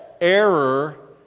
error